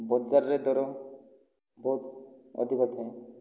ବଜାରରେ ଦର ବହୁତ ଅଧିକା ଥାଏ